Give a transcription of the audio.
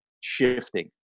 shifting